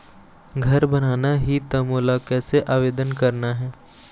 घर बनाना ही त मोला कैसे आवेदन करना हे?